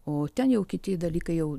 o ten jau kiti dalykai jau